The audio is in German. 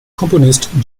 komponist